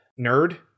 nerd